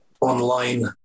online